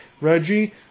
Reggie